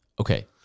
okay